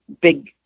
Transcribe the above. big